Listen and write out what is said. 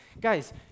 Guys